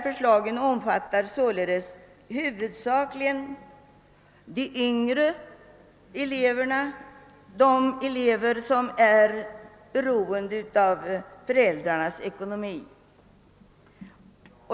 Förslagen omfattar således huvudsakligen de yngre eleverna — de elever som är beroende av föräldrarnas ekonomi.